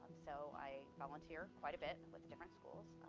so i volunteer quite a bit with the different schools.